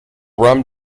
rum